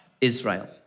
Israel